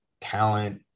talent